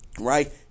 right